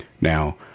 Now